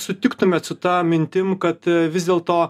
sutiktumėt su ta mintim kad vis dėlto